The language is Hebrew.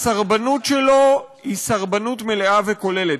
הסרבנות שלו היא סרבנות מלאה וכוללת.